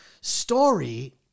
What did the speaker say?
Story